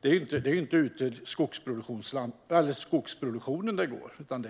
Det går alltså inte ut till skogsproduktionen utan